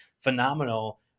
phenomenal